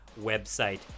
website